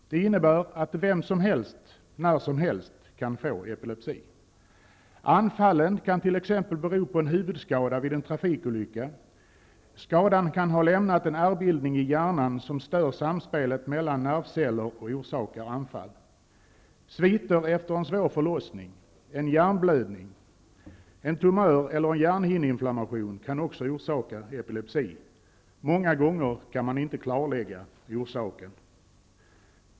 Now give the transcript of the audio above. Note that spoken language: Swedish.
Det innebär att vem som helst när som helst kan få epilepsi. Anfallet kan t.ex. bero på en huvudskada vid en trafikolycka. Skadan kan ha lämnat en ärrbildning i hjärnan som stör samspelet mellan nervceller och orsakar anfall. Sviter efter en svår förlossning, en hjärnblödning, en tumör eller en hjärnhinneinflammation kan också orsaka epilepsi. Många gånger kan man inte klarlägga orsaken.